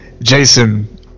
Jason